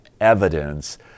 evidence